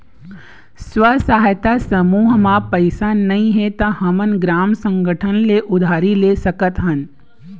स्व सहायता समूह म पइसा नइ हे त हमन ग्राम संगठन ले उधारी ले सकत हन